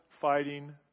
fighting